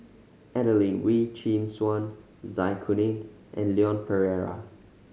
Adelene Wee Chin Suan Zai Kuning and Leon Perera